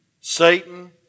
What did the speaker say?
Satan